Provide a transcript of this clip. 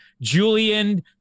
Julian